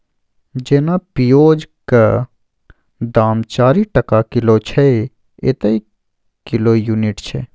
जेना पिओजक दाम चारि टका किलो छै एतय किलो युनिट छै